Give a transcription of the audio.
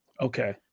okay